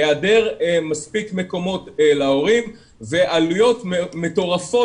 היעדר מספיק מקומות להורים ועלויות מטורפות